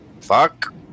fuck